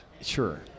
Sure